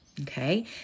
Okay